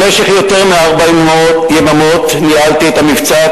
במשך יותר מארבע יממות ניהלתי את המבצע,